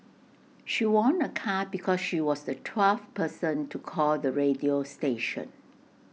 she won A car because she was the twelfth person to call the radio station